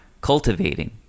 cultivating